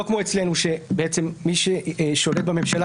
לא כמו אצלנו שמי ששולט בממשלה,